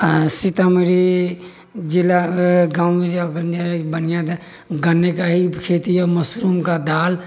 सीतामढ़ी जिला गाम मे जे गन्ने बढ़िऑं तऽ गन्ने के खेती है मशरूम के दालि